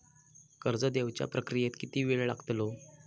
कर्ज देवच्या प्रक्रियेत किती येळ लागतलो?